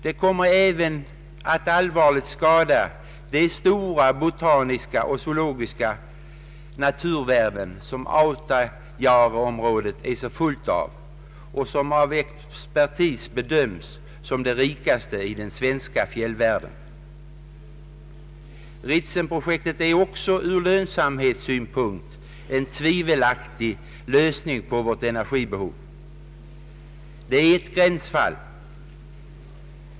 Det kommer även att allvarligt skada de stora botaniska och zoologiska naturvärden som Autajaureområdet är så fullt av och vilka av expertis bedöms som de rikaste i den svenska fjällvärlden. Ritsemprojektet är också ur lönsamhetssynpunkt en tvivelaktig lösning av vårt energibehov. Det är ett gränsfall.